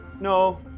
No